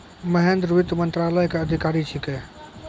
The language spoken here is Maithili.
महेन्द्र वित्त मंत्रालय के अधिकारी छेकै